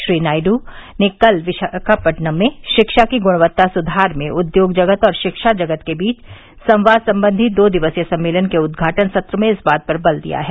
श्री नायडू ने कल विशाखापट्नम् में शिक्षा की गुणवत्ता सुधार में उद्योग जगत और शिक्षा जगत के बीच संवाद संवंधी दो दिवसीय सम्मेलन के उद्घाटन सत्र में इस बात पर बल दिया है